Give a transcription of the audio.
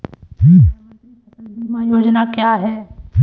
प्रधानमंत्री फसल बीमा योजना क्या है?